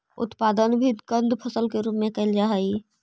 उत्पादन भी कंद फसल के रूप में कैल जा हइ